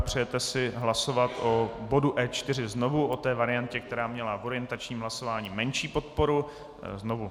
Přejete si hlasovat o bodu E4 znovu, o té variantě, která měla v orientačním hlasování menší podporu, znovu.